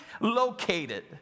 located